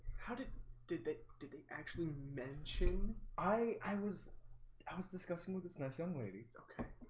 how did did they did they actually? mention i i was i was discussing with this nice young lady. okay?